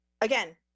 again